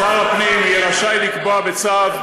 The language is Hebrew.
שני אזורי התעשייה הכי גדולים שהיו תקועים 20 שנה,